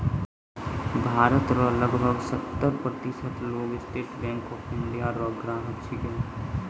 भारत रो लगभग सत्तर प्रतिशत लोग स्टेट बैंक ऑफ इंडिया रो ग्राहक छिकै